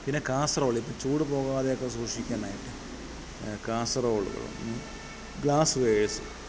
പിന്നെ കാസറോള് ഇപ്പം ചൂട് പോവാതെയൊക്കെ സൂക്ഷിക്കാനായിട്ട് കാസറോള് ഗ്ലാസ് വെയേഴ്സ്